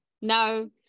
No